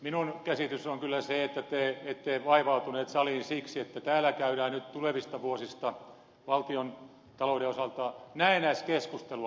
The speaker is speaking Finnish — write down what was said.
minun käsitykseni on kyllä se että te ette vaivautuneet saliin siksi että täällä käydään nyt tulevista vuosista valtiontalouden osalta näennäiskeskustelua